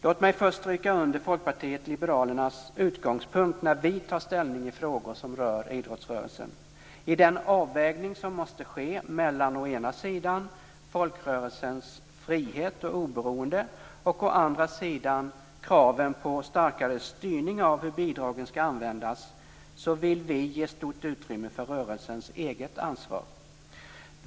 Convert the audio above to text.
Låt mig först stryka under Folkpartiet liberalernas utgångspunkt när vi tar ställning i frågor som rör idrottsrörelsen: I den avvägning som måste ske mellan å ena sidan folkrörelsens frihet och oberoende och å andra sidan kraven på starkare styrning av hur bidragen skall användas, vill vi ge stort utrymme för rörelsens eget ansvar.